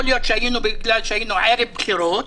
יכול להיות בגלל שהיינו ערב בחירות,